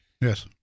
Yes